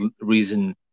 reason